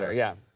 ah yeah.